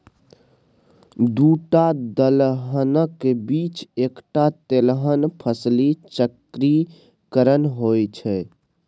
दूटा दलहनक बीच एकटा तेलहन फसली चक्रीकरण होए छै